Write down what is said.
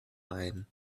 ein